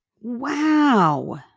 Wow